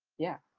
yeah.